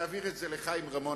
תעביר את מה שאני אומר לחיים רמון,